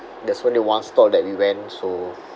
there's only one store that we went so